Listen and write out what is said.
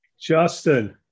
Justin